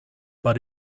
but